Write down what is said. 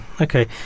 okay